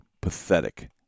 pathetic